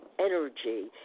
energy